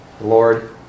Lord